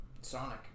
Sonic